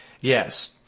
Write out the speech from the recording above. Yes